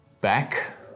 back